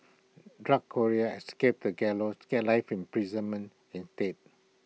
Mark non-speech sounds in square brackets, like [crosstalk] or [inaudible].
drug courier escapes the gallows gets life in [unintelligible] instead